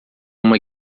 uma